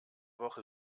woche